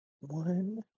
one